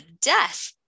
death